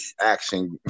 action